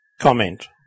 Comment